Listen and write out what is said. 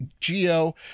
geo